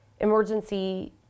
emergency